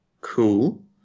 Cool